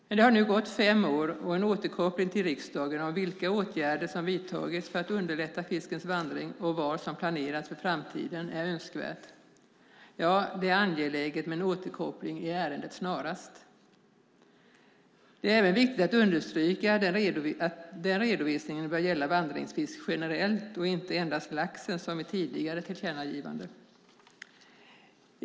Det har nu gått fem år, och en återkoppling till riksdagen om vilka åtgärder som vidtagits för att underlätta fiskens vandring och vad som planeras för framtiden är önskvärd. Ja, det är angeläget med en återkoppling i ärendet snarast. Det är även viktigt att understryka att den redovisningen bör gälla vandringsfisk generellt och inte endast laxen, som i tidigare tillkännagivande.